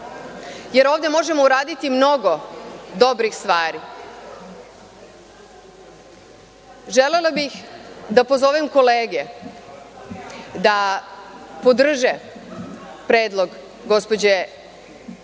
jer ovde možemo uraditi mnogo dobrih stvari. Želela bih da pozovem kolege da podrže Predlog za